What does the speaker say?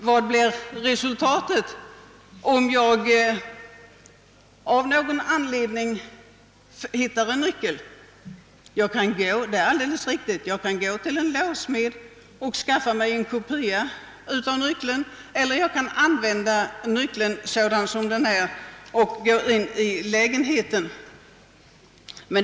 Vad blir resultatet om jag i stället hittar en nyckel? Det är alldeles riktigt att jag kan gå till en låssmed och skaffa mig en kopia av den, men jag kan också använda nyckeln direkt för att komma in i lägenheten.